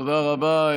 תודה רבה,